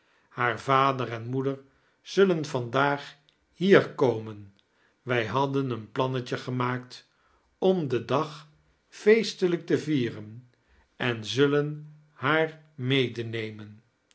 haar vader en moeder zullan vandaag hier komen wij hadden een plannetje gemaakt om den dag feestelijk te vieiren en zullen haar medeneraen